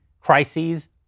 crises